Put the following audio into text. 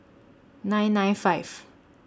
nine nine five